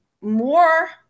more